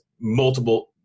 multiple